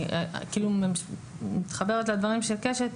אני מתחברת לדברים של קשת,